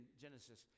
Genesis